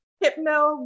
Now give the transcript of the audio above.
hypno